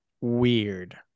weird